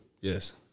Yes